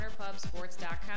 CornerPubSports.com